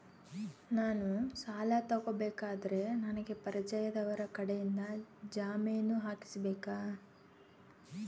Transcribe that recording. ನಾನು ಸಾಲ ತಗೋಬೇಕಾದರೆ ನನಗ ಪರಿಚಯದವರ ಕಡೆಯಿಂದ ಜಾಮೇನು ಹಾಕಿಸಬೇಕಾ?